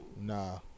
Nah